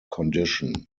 condition